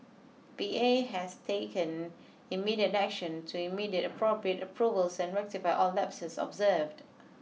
P A has taken immediate action to immediate appropriate approvals and rectify all lapses observed